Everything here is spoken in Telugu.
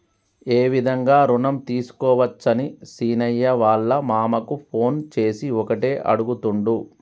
ఏ విధంగా రుణం తీసుకోవచ్చని సీనయ్య వాళ్ళ మామ కు ఫోన్ చేసి ఒకటే అడుగుతుండు